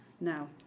now